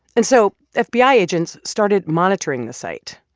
and so ah fbi agents started monitoring the site,